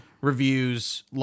reviews